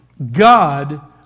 God